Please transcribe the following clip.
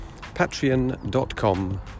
patreon.com